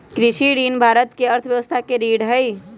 कृषि ऋण भारत के अर्थव्यवस्था के रीढ़ हई